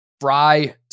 Fry